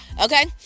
okay